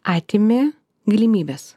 atimi galimybes